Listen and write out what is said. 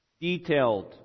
detailed